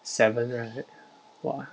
seven right !wah!